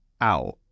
out